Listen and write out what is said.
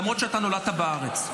למרות שאתה נולדת בארץ.